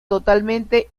totalmente